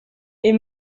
est